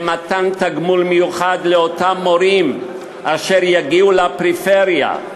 במתן תגמול מיוחד למורים אשר יגיעו לפריפריה,